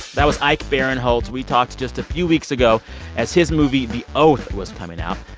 that was ike barenholtz. we talked just a few weeks ago as his movie the oath was coming out.